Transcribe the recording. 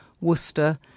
Worcester